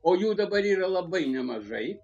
o jų dabar yra labai nemažai